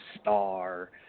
star